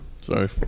Sorry